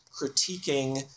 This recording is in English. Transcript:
critiquing